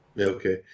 okay